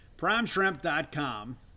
PrimeShrimp.com